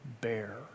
bear